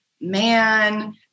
man